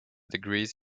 degrees